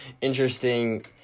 interesting